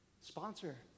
sponsor